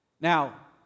Now